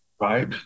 right